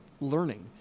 learning